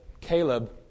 Caleb